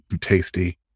tasty